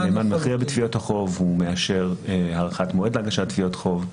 הנאמן מכריע בתביעת החוב והוא מאשר הארכת מועד להגשת תביעות חוב.